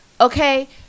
okay